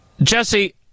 Jesse